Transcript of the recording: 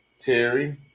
Terry